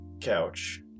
couch